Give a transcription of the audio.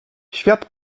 świat